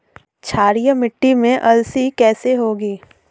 क्षारीय मिट्टी में अलसी कैसे होगी?